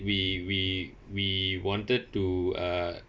we we we wanted to uh